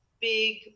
big